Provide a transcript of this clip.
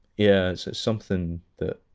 yeah so something that